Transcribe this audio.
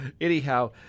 anyhow